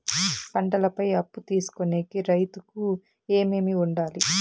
పంటల పై అప్పు తీసుకొనేకి రైతుకు ఏమేమి వుండాలి?